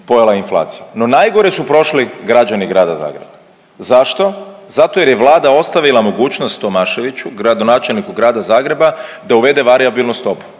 pojela inflacija. No najgore su prošli građani grada Zagreba. Zašto? Zato jer je Vlada ostavila mogućnost Tomaševiću gradonačelniku grada Zagreba da uvede varijabilnu stopu.